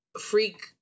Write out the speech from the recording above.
Freak